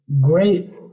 great